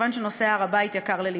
כיוון שנושא הר-הבית יקר ללבך.